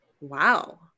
Wow